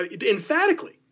emphatically